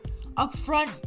upfront